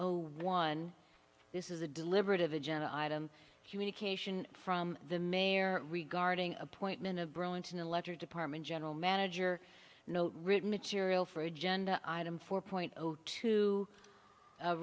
zero one this is a deliberative agenda item communication from the mayor regarding appointment of burlington electric department general manager note written material for agenda item four point zero two